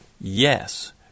yes